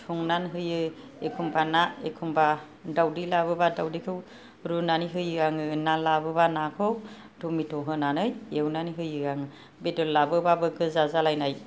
संनानै होयो एखम्बा ना एखम्बा दावदै लाबोबा दावदैखौ रुनानै होयो आङो ना लाबोबा नाखौ टमेथ' होनानै एवनानै होयो आङो बेदर लाबोबाबो गोजा जालायनाय